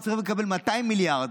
אנחנו צריכים לקבל 200 מיליארד.